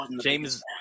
James